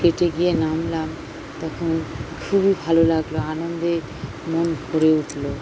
হেঁটে গিয়ে নামলাম তখন খুবই ভালো লাগল আনন্দে মন ভরে উঠল